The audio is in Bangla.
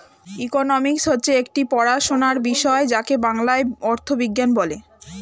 ইকোনমিক্স হচ্ছে একটি পড়াশোনার বিষয় যাকে বাংলায় অর্থবিজ্ঞান বলে